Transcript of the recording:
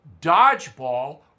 Dodgeball